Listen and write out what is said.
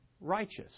righteous